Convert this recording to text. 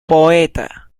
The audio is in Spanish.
poeta